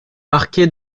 marqué